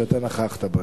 שאתה נכחת בו,